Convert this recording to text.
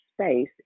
space